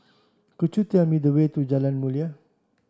could you tell me the way to Jalan Mulia